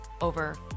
over